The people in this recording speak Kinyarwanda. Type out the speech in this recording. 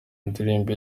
ndirimbo